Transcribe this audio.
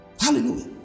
Hallelujah